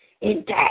intact